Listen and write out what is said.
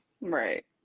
Right